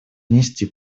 внести